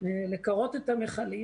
לקרות את המכלים.